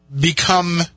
Become